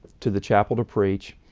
to the chapel to preach.